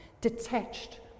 detached